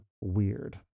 weird